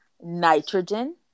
nitrogen